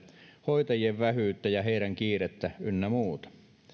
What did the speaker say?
hoitajien vähyyttä ja heidän kiirettään ynnä muuta